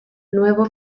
nuevo